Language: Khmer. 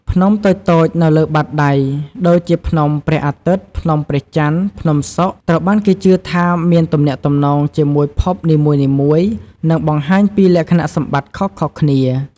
ភ្នំតូចៗនៅលើបាតដៃ ដូចជាភ្នំព្រះអាទិត្យ ភ្នំព្រះច័ន្ទ ភ្នំសុក្រ ត្រូវបានគេជឿថាមានទំនាក់ទំនងជាមួយភពនីមួយៗ និងបង្ហាញពីលក្ខណៈសម្បត្តិខុសៗគ្នា។